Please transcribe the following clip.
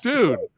Dude